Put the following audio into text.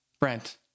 Brent